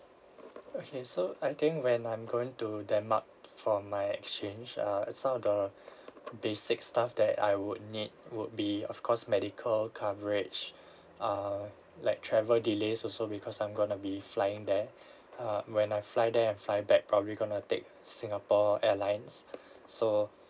okay so I think when I'm going to denmark for my exchange err some of the basic stuff that I would need would be of course medical coverage err like travel delays also because I'm going to be flying there uh when I fly there and fly back probably going to take Singapore Airlines so